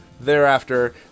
Thereafter